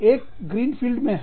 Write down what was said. एक green field में है